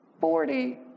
Forty